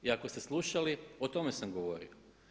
I ako ste slušali o tome sam govorio.